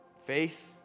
Faith